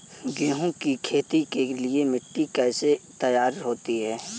गेहूँ की खेती के लिए मिट्टी कैसे तैयार होती है?